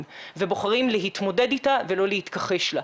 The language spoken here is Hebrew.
ובוחרים להתמודד איתה ולא להתכחש לה.